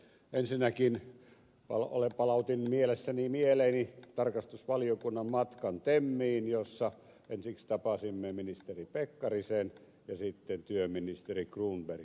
ensinnäkin palautin mieleeni tarkastusvaliokunnan matkan temmiin jossa ensiksi tapasimme ministeri pekkarisen ja sitten työministeri cronbergin